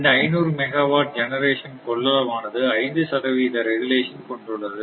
இந்த 500 megawatt generation கொள்ளளவு ஆனது 5 சதவிகித ரெகுலேஷன் கொண்டுள்ளது